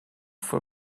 for